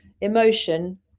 Emotion